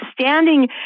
Standing